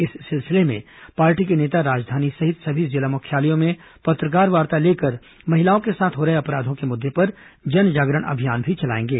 इस सिलसिले में पार्टी के नेता राजधानी सहित सभी जिला मुख्यालयों में पत्रकारवार्ता लेकर महिलाओं के साथ हो रहे अपराधों के मुद्दे पर जन जागरण अभियान भी चलाएंगे